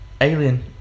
alien